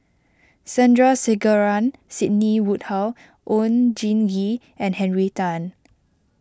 Sandrasegaran Sidney Woodhull Oon Jin Gee and Henry Tan